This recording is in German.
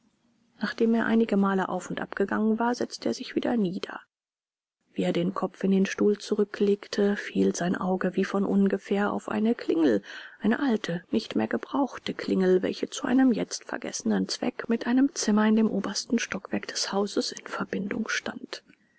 nachdem er einigemal auf und ab gegangen war setzte er sich wieder nieder wie er den kopf in den stuhl zurücklegte fiel sein auge wie von ungefähr auf eine klingel eine alte nicht mehr gebrauchte klingel welche zu einem jetzt vergessenen zweck mit einem zimmer in dem obersten stockwerk des hauses in verbindung stand